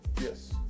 Yes